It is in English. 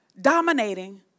dominating